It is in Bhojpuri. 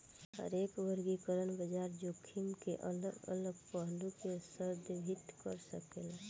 हरेक वर्गीकरण बाजार जोखिम के अलग अलग पहलू के संदर्भित कर सकेला